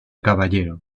caballero